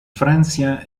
francia